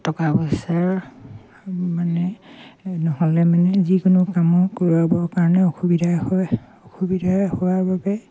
টকা পইচাৰ মানে নহ'লে মানে যিকোনো কামো কৰোৱাবৰ কাৰণে অসুবিধা হয় অসুবিধা হোৱাৰ বাবে